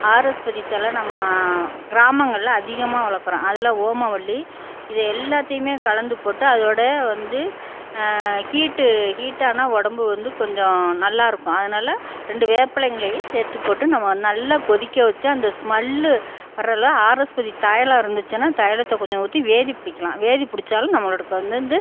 ஆரஸ்பதி தழை நம்ம கிராமங்களில் அதிகமாக வளர்க்கறோம் அதில் ஓமவல்லி இது எல்லாத்தையுமே கலந்துப் போட்டு அதோட வந்து ஹீட்டு ஹீட்டான உடம்பு வந்து கொஞ்சம் நல்லா இருக்கும் அதனால் ரெண்டு வேப்பிலங்களையும் சேர்த்து போட்டு நம்ம நல்ல கொதிக்க வச்சு அந்த ஸ்மல்லு வரல்ல ஆரஸ்பதி தைலம் இருந்துச்சுன்னா தைலத்தை கொஞ்சம் ஊற்றி வேதி பிடிக்கலாம் வேதி பிடிச்சாலும் நம்மளோடக்கு வந்து வந்து